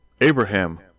Abraham